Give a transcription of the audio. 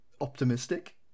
optimistic